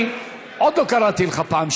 אתה שם לב שאני עוד לא קראתי אותך פעם שנייה,